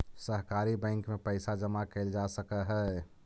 सहकारी बैंक में पइसा जमा कैल जा सकऽ हइ